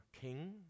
king